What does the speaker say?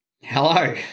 hello